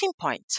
point